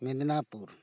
Midnapore